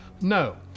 no